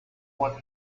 what